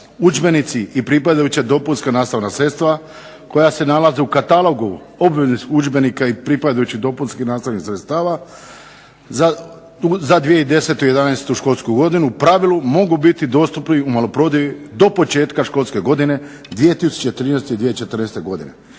"Udžbenici i pripadajuća dopunska nastavna sredstva koja se nalaze u katalogu obveznih udžbenika i pripadajućih dopunskih nastavnih sredstava za 2010. i jedanaestu školsku godinu u pravilu mogu biti dostupni u maloprodaji do početka školske godine 2013. i 2014. godine."